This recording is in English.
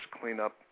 cleanup